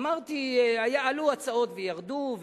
אמרתי, עלו הצעות וירדו.